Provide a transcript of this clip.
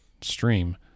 stream